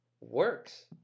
works